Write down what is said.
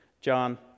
John